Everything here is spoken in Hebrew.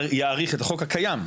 יאריך את החוק הקיים,